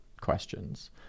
questions